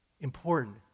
important